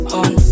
on